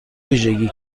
ویژگی